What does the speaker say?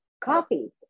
coffee